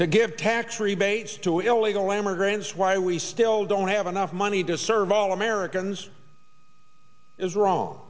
to give tax rebates to illegal immigrants why we still don't have enough money to serve all americans is wrong